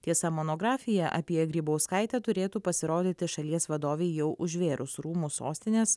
tiesa monografija apie grybauskaitę turėtų pasirodyti šalies vadovei jau užvėrus rūmų sostinės